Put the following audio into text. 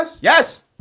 Yes